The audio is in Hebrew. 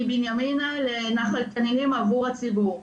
מבנימינה לנחל תנינים עבור הציבור.